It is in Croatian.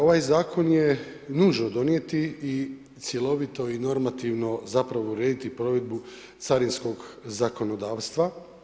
Ovaj zakon je nužno donijeti i cjelovito i normativno zapravo urediti provedbu carinskog zakonodavstva.